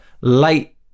late